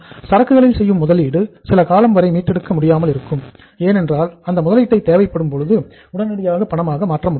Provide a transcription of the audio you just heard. சரக்குகளில் செய்யும் முதலீடு சில காலம் வரை மீட்டெடுக்க முடியாமல் இருக்கும் ஏனென்றால் அந்த முதலீட்டை தேவைப்படும் பொழுது உடனடியாக பணமாக மாற்ற முடியாது